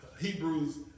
Hebrews